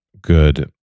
good